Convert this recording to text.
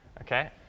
Okay